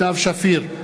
סתיו שפיר,